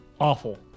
awful